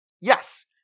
Yes